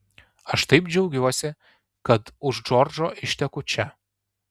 aš taip džiaugiuosi kad už džordžo išteku čia